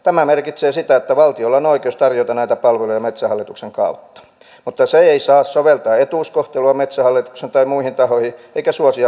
tämä merkitsee sitä että valtiolla on oikeus tarjota näitä palveluja metsähallituksen kautta mutta se ei saa soveltaa etuuskohtelua metsähallitukseen tai muihin tahoihin eikä suosia mitään tahoa